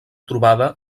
trobada